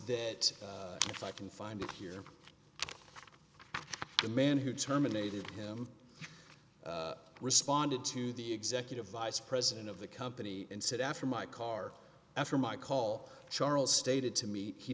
that if i can find it here the man who terminated him responded to the executive vice president of the company and said after my car after my call charles stated to me he